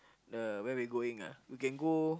the where we going ah we can go